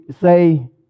say